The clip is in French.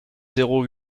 zéro